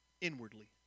inwardly